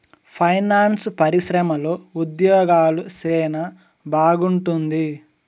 finance పరిశ్రమలో ఉద్యోగాలు సెనా బాగుంటుంది